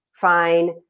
fine